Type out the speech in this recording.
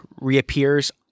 reappears